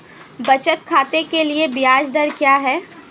बचत खाते के लिए ब्याज दर क्या है?